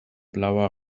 blauer